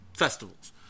festivals